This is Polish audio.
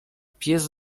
pies